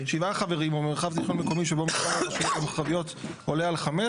"7 חברים במרחב זיכיון מקומי שבו מספר הרשויות המרחביות עולה על 5,